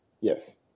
Yes